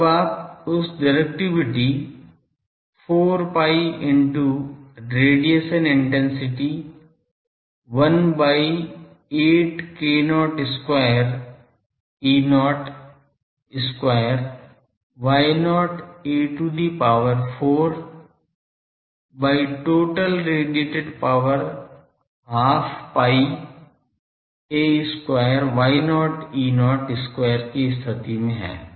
तो अब आप उस directivity 4 pi into radiation intensity 1 by 8 k0 square E0 square Y0 a to the power 4 by total radiated power half pi a square Y0 E0 square की स्थिति में हैं